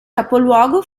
capoluogo